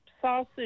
sausage